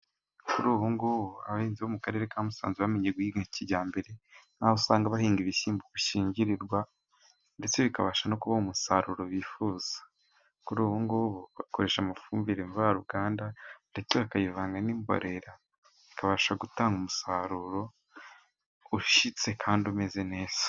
Kuri ubu ngubu abahinzi bo mu karere ka Musanze bamenye guhinga kijyambere, aho usanga bahinga ibishyimbo bishyingirwa ndetse bakabasha no kubona umusaruro bifuza. Kuri ubu bakoresha amafumbire mvaruganda ndetse bakayivanga n'imborera ikabasha gutanga umusaruro ushyitse kandi umeze neza.